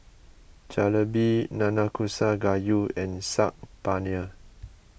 Jalebi Nanakusa Gayu and Saag Paneer